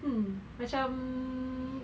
hmm macam